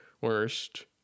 worst